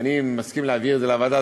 אני מסכים להעביר את זה לוועדה,